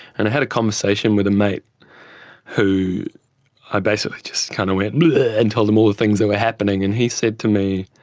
and i had a conversation with a mate who i basically just kind of went blergh and told them all the things that were happening and he said to me,